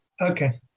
Okay